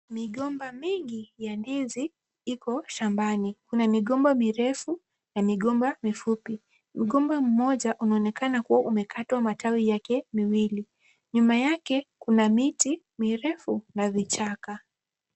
Migomba mingi ya ndizi iko shambani. Kuna migomba mirefu na migomba mifupi. Migomba mmoja unaonekana umekatwa matawi yake mawili. Nyuma yake kuna miti mirefu na vichaka.